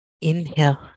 Inhale